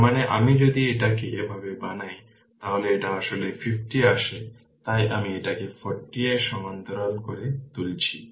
তার মানে আমি যদি এটাকে এভাবে বানাই তাহলে এটা আসলে 50 আসে তাই আমি এটাকে 40 এর সমান্তরাল করে তুলছি